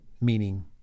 meaning